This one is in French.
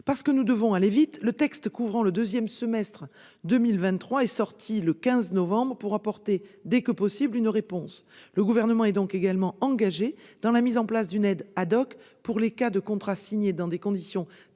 Parce que nous devons aller vite, le texte couvrant le deuxième semestre 2023 est sorti le 15 novembre dernier, pour apporter une réponse dès que possible. Le Gouvernement est également engagé dans la mise en place d'une aide pour les contrats signés dans des conditions très